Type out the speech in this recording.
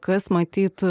kas matyt